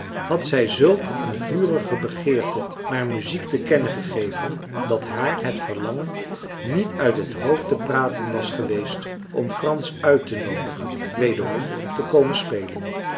had zij zulk een vurige begeerte naar muziek te kennen gegeven dat haar het verlangen niet uit het hoofd te praten was geweest om frans uittenoodigen wederom te komen spelen